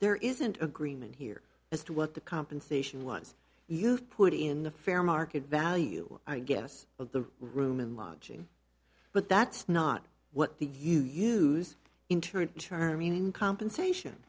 there isn't agreement here as to what the compensation once you put in the fair market value i guess of the room and lodging but that's not what the use in turn to mean compensation